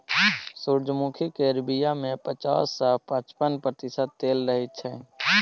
सूरजमुखी केर बीया मे पचास सँ पचपन प्रतिशत तेल रहय छै